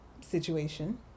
situation